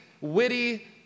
witty